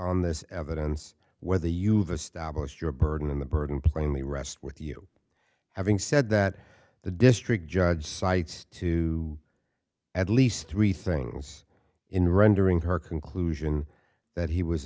on this evidence whether you've established your burden on the burden plainly rest with you having said that the district judge cites to at least three things in rendering her conclusion that he was